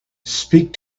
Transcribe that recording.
speak